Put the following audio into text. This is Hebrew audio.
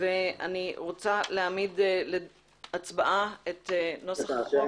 ואני רוצה להעמיד להצבעה את נוסח החוק.